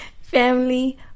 family